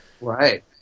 Right